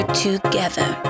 together